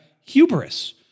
hubris